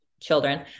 children